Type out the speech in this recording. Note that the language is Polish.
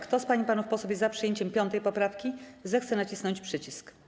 Kto z pań i panów posłów jest za przyjęciem 5. poprawki, zechce nacisnąć przycisk.